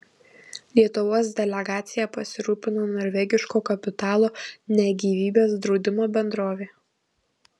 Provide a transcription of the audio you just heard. lietuvos delegacija pasirūpino norvegiško kapitalo ne gyvybės draudimo bendrovė